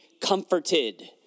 comforted